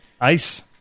Ice